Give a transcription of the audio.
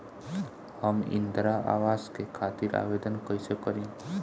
हम इंद्रा अवास के खातिर आवेदन कइसे करी?